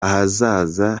ahazaza